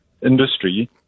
industry